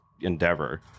endeavor